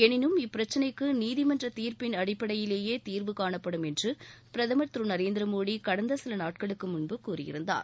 எனினும் இப்பிரச்னைக்கு நீதிமன்ற தீர்ப்பின் அடிப்படையிலேயே தீர்வு காணப்படும் என்று பிரதமர் திரு நரேந்திர மோடி கடந்த சில நாட்களுக்கு முன்பு கூறியிருந்தார்